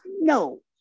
no